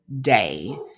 day